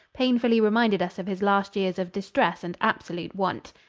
painfully reminded us of his last years of distress and absolute want.